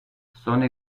sono